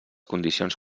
condicions